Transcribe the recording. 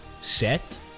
set